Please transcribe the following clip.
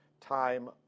time